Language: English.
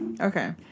Okay